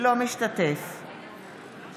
אינו משתתף בהצבעה